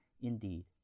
indeed